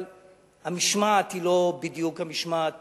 אבל המשמעת היא לא בדיוק המשמעת